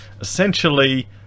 essentially